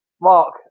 Mark